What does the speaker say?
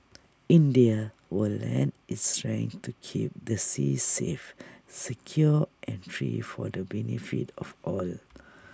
India will lend its strength to keep the seas safe secure and free for the benefit of all